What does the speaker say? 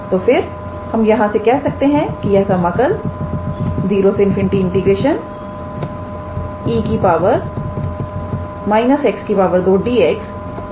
तो फिर हम यहां से कह सकते हैं कि यह समाकल0∞ 𝑒 −𝑥 2 𝑑𝑥 𝜇 परीक्षण𝜇 test से कन्वर्जेंट है